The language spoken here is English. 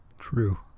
true